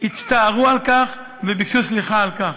הצטערו על כך וביקשו סליחה על כך.